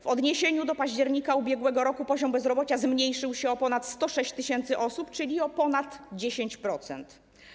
W odniesieniu do października ub.r. poziom bezrobocia zmniejszył się o ponad 106 tys. osób, czyli o ponad 10%.